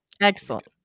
Excellent